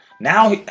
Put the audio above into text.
Now